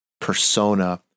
persona